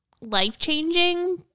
life-changing